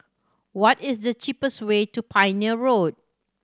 what is the cheapest way to Pioneer Road